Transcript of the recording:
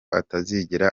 atazigera